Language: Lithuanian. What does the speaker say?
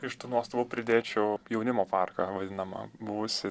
iš tų nuostabų pridėčiau jaunimo parką vadinamą buvusį